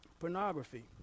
Pornography